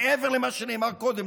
מעבר למה שנאמר קודם,